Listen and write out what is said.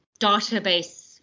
database